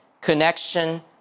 connection